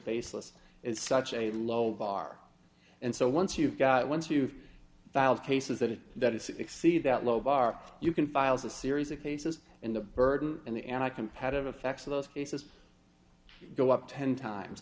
faceless it's such a low bar and so once you've got once you've filed cases that that is exceed that low bar you can files a series of cases and the burden and the anti competitive effects of those cases go up ten times